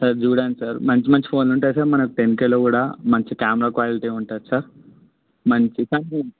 sir చూడండి sir మంచి మంచి ఫోన్లు ఉంటాయి సార్ మనకు టెన్ కే లో కూడా మంచి కెమరా క్వాలిటీ ఉంటుంది సార్ మంచి కానీ